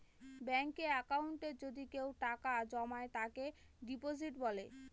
ব্যাঙ্কে একাউন্টে যদি কেউ টাকা জমায় তাকে ডিপোজিট বলে